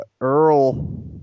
Earl